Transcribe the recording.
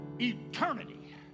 eternity